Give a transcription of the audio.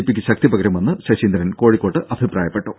പിക്ക് ശക്തി പകരുമെന്നും ശശീന്ദ്രൻ കോഴിക്കോട്ട് അഭിപ്രായപ്പെട്ടു